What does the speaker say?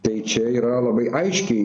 tai čia yra labai aiškiai